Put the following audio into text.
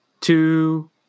two